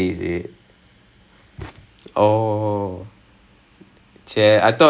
ya ya the game play the game style is completely different to normal crickets ah